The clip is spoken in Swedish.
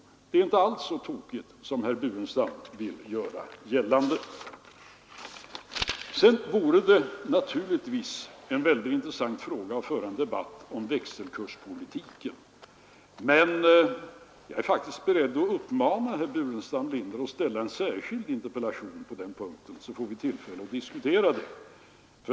Det är inte alls så tokigt som herr Burenstam Linder vill göra gällande. Det vore naturligtvis mycket intressant att föra en debatt om växelkurspolitiken, men jag är faktiskt beredd att uppmana herr Burenstam Linder att ställa en särskild interpellation på den punkten, så att vi får tillfälle att diskutera saken.